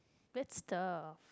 that's tough